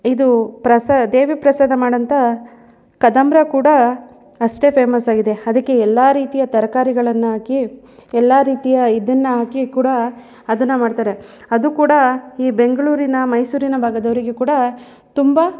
ಇದು ಪ್ರಸ ದೇವಿ ಪ್ರಸಾದ ಮಾಡೋಂಥ ಕದಂಬ್ರ ಕೂಡ ಅಷ್ಟೇ ಫೇಮಸ್ಸಾಗಿದೆ ಅದಕ್ಕೆ ಎಲ್ಲ ರೀತಿಯ ತರಕಾರಿಗಳನ್ಹಾಕಿ ಎಲ್ಲ ರೀತಿಯ ಇದನ್ನು ಹಾಕಿ ಕೂಡ ಅದನ್ನು ಮಾಡ್ತಾರೆ ಅದು ಕೂಡ ಈ ಬೆಂಗಳೂರಿನ ಮೈಸೂರಿನ ಭಾಗದವ್ರಿಗೆ ಕೂಡ ತುಂಬ